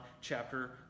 chapter